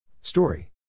Story